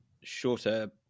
shorter